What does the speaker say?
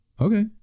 Okay